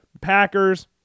Packers